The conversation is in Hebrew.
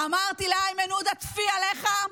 אמרתי לאיימן עודה: טפי עליך,